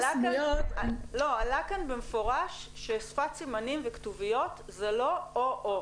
עלה כאן במפורש ששפת סימנים וכתוביות זה לא או-או.